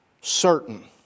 certain